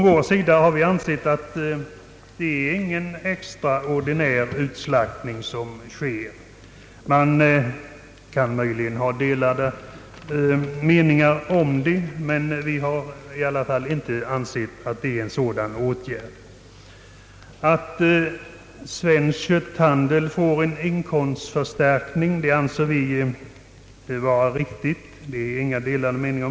Vi reservanter anser det inte vara någon extraordinär utslaktning, även om man kanske kan ha delade meningar om det. Att Föreningen Svensk kötthandel får en inkomstförstärkning anser vi vara riktigt. Därom råder inga delade meningar.